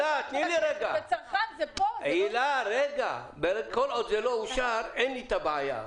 כל עוד זה לא אושר, אין הבעיה.